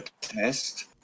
test